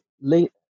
late